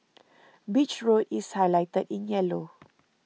Beach Road is highlighted in yellow